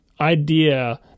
idea